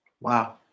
Wow